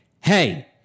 Hey